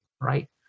right